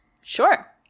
Sure